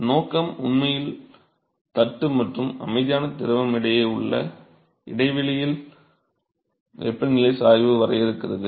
எனவே நோக்கம் உண்மையில் தட்டு மற்றும் அமைதியான திரவம் இடையே உள்ள இடைவெளியில் வெப்பநிலை சாய்வு வரையறுக்கிறது